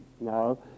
No